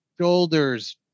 shoulders